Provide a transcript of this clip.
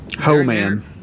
Homan